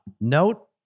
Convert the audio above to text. note